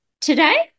Today